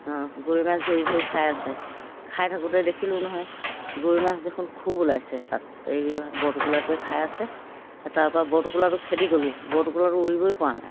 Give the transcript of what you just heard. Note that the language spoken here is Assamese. অঁ গৰৈ মাছ ধৰি ধৰি খাই আছে খাই থাকোঁতে দেখিলোঁ নহয় গৰৈ মাছ দেখোন খুব ওলাইছে তাত এই বৰটোকোলাটোৱে খাই আছে তাৰপৰা বৰটোকোলাটো খেদি গ'লোঁ বৰটোকোলাটো উৰিবই পৰা নাই